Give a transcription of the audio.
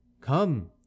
come